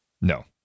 No